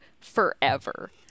forever